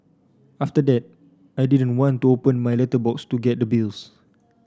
after that I didn't want to open my letterbox to get the bills